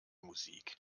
musik